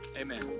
Amen